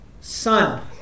Son